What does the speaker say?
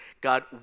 God